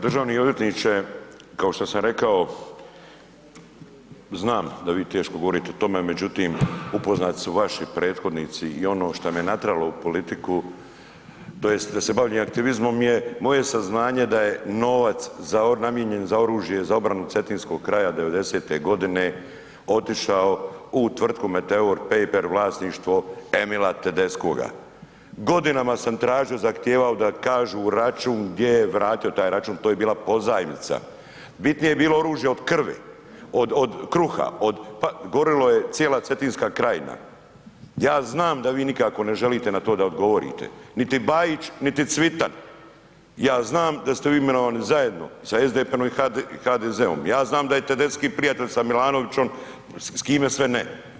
Državni odvjetniče, kao što sam rekao, znam da vi teško govorite o tome, međutim upoznati su vaši prethodnici i ono šta me natralo u politiku tj. da se bavim aktivizmom je moje saznanje da je novac namijenjen za oružje za obranu Cetinskog kraja '90.-te godine otišao u tvrtku Meteor Paper vlasništvo Emila Tedeskoga, godinama sam tražio i zahtijevao da kažu račun, gdje je vratio taj račun, to je bila pozajmica, bitnije je bilo oružje od krvi, od, od kruha, od, pa gorilo je cijela Cetinska krajina, ja znam da vi nikako ne želite na to da odgovorite, niti Bajić, niti Cvitan, ja znam da ste vi imenovani zajedno sa SDP-om i HDZ-om, ja znam da je Tedeski prijatelj sa Milanovićom, s kime sve ne.